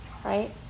right